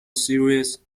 series